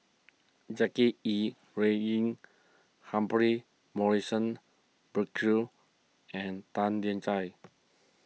Jackie Yi Ru Ying Humphrey Morrison Burkill and Tan Lian Chye